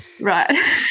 Right